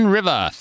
River